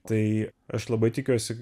tai aš labai tikiuosi